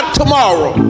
tomorrow